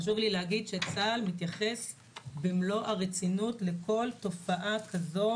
חשוב לי לומר שצה"ל מתייחס במלוא הרצינות לכל תופעה כזאת